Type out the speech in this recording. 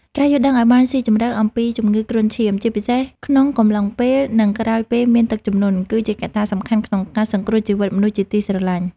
ការយល់ដឹងឱ្យបានស៊ីជម្រៅអំពីជំងឺគ្រុនឈាម ជាពិសេសក្នុងកំឡុងពេល និងក្រោយពេលមានទឹកជំនន់ គឺជាកត្តាសំខាន់ក្នុងការសង្គ្រោះជីវិតមនុស្សជាទីស្រឡាញ់។